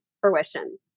fruition